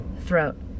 throat